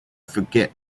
forget